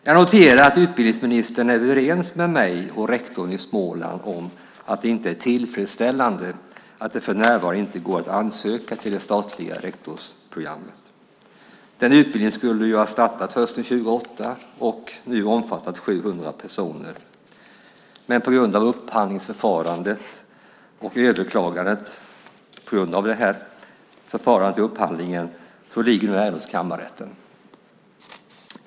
Jag noterar att utbildningsministern är överens med mig och rektorn i Småland om att det inte är tillfredsställande att det för närvarande inte går att ansöka till det statliga rektorsprogrammet. Utbildningen skulle ha startat hösten 2008 och nu ha omfattat 700 personer. Men på grund av upphandlingsförfarandet och det överklagandet ligger nu ärendet hos kammarrätten.